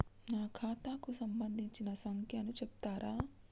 నా ఖాతా కు సంబంధించిన సంఖ్య ను చెప్తరా?